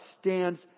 stands